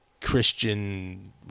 Christian